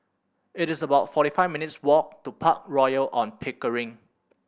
it is about forty five minutes' walk to Park Royal On Pickering